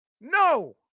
no